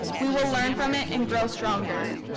we will learn from it and grow stronger.